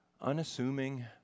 unassuming